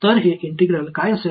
तर हे इंटिग्रल काय असेल